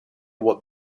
what